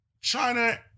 China